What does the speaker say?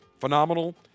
Phenomenal